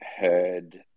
heard